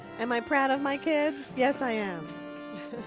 am i proud of my kids? yes, i am.